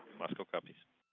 moscow copy.